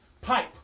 Pipe